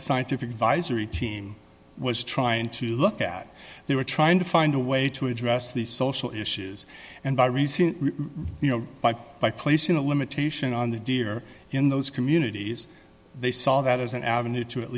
scientific advisory team was trying to look at they were trying to find a way to address these social issues and by raising you know by by placing a limitation on the deer in those communities they saw that as an avenue to at